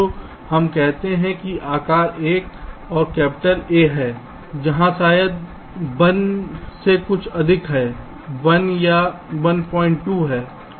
तो हम कहते हैं कि आकार 1 और कैपिटल A हैं जहां A शायद 1 से कुछ अधिक है 1 या 12 है